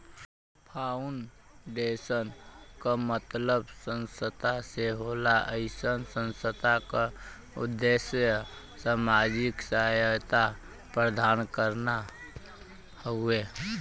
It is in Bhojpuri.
फाउंडेशन क मतलब संस्था से होला अइसन संस्था क उद्देश्य सामाजिक सहायता प्रदान करना हउवे